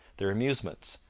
their amusements,